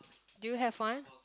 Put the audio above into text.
do you have one